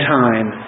time